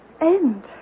End